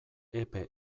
epe